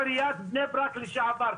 ראש עיריית בני ברק לשעבר,